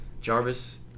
Jarvis